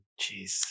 Jeez